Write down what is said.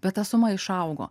bet ta suma išaugo